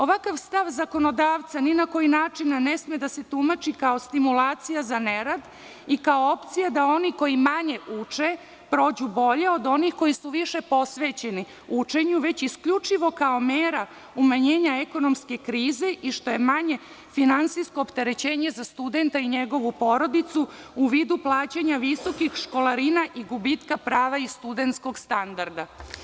Ovakav stav zakonodavca ni na koji način ne sme da se tumači kao stimulacija za nerad i kao opcija da oni koji manje uče prođu bolje od onih koji su više posvećeni učenju, već isključivo kao mera umanjenja ekonomske krize i što je manje finansijsko opterećenje za studenta i njegovu porodicu u vidu plaćanja visokih školarina i gubitka i prava studenskog standarda.